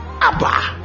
Abba